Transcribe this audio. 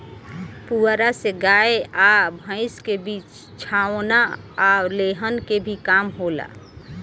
पुआरा से गाय आ भईस के बिछवाना आ लेहन के भी काम होला